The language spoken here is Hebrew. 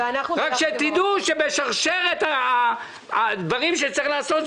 רק תדעו שבשרשרת הדברים שצריך לעשות,